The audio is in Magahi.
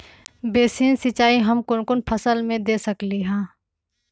बेसिन सिंचाई हम कौन कौन फसल में दे सकली हां?